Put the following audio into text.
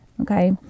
okay